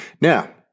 Now